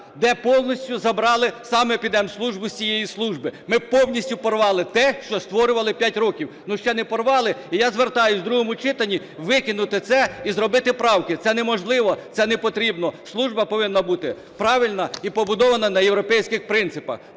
де повністю забрали Санепідемслужбу із цієї служби. Ми повністю порвали те, що створювали п'ять років. Ну ще не порвали. І я звертаюсь, в другому читанні викинути це і зробити правки. Це неможливо і це непотрібно, служба повинна бути правильна і побудована на європейських принципах.